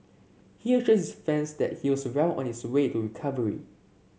he assured his fans that he was well on his way to recovery